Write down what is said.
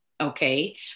Okay